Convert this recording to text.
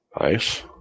Nice